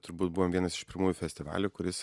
turbūt buvom vienas iš pirmųjų festivalių kuris